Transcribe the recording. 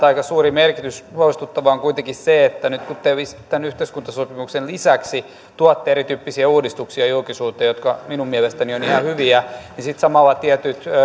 aika suuri merkitys huolestuttavaa on kuitenkin se että nyt kun te tämän yhteiskuntasopimuksen lisäksi tuotte julkisuuteen erityyppisiä uudistuksia jotka minun mielestäni ovat ihan hyviä niin sitten samalla tietyt